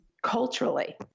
Culturally